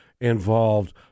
involved